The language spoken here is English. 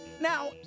Now